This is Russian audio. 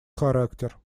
характер